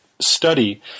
study